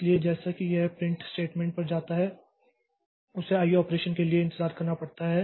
इसलिए जैसे ही यह प्रिंट स्टेटमेंट पर जाता है उसे आईओ ऑपरेशंस के लिए इंतजार करना पड़ता है